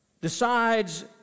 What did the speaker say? decides